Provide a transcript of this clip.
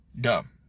dumb